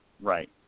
Right